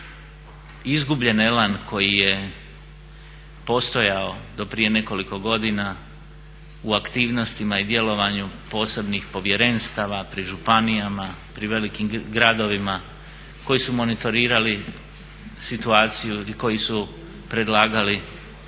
izgubljen elan koji je postojao do prije nekoliko godina u aktivnostima i djelovanju posebnih povjerenstava pri županijama, pri velikim gradovima koji su monitorirali situaciji i koji su predlagali